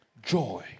Joy